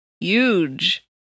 Huge